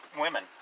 women